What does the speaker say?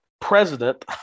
president